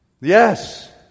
Yes